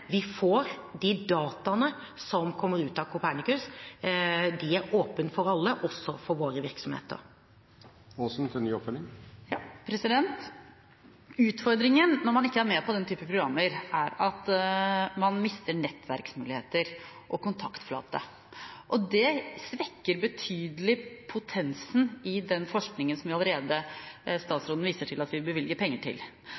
vi får de dataene som kommer ut av Copernicus – de er åpne for alle, også for våre virksomheter. Utfordringen når man ikke er med på den typen programmer, er at man mister nettverksmuligheter og kontaktflate. Det svekker betydelig potensen i den forskningen som statsråden viser til at vi allerede bevilger penger til.